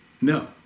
No